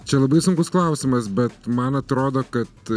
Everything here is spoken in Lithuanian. čia labai sunkus klausimas bet man atrodo kad